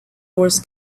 wars